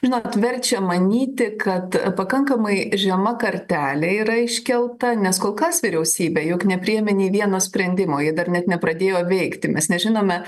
žinot verčia manyti kad pakankamai žema kartelė yra iškelta nes kol kas vyriausybė juk nepriėmė nei vieno sprendimo jie dar net nepradėjo veikti mes nežinome